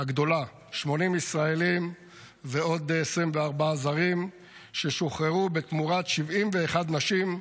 הגדולה 80 ישראלים ועוד 24 זרים ששוחררו תמורת 71 נשים,